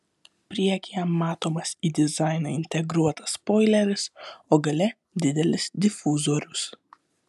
priekyje matomas į dizainą integruotas spoileris o gale didelis difuzorius